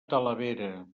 talavera